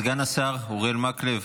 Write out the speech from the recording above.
סגן השר אוריאל מקלב,